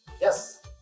Yes